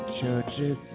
churches